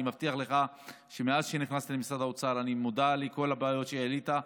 אני מבטיח לך שמאז שנכנסתי למשרד האוצר אני מודע לכל הבעיות שהעלית,